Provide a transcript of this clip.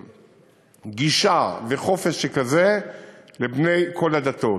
היו גישה וחופש שכזה לבני כל הדתות.